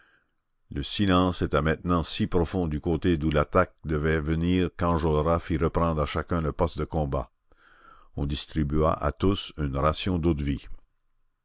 le silence était maintenant si profond du côté d'où l'attaque devait venir qu'enjolras fit reprendre à chacun le poste de combat on distribua à tous une ration d'eau-de-vie